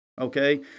Okay